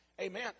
Amen